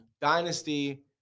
Dynasty